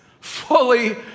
Fully